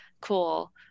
cool